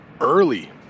early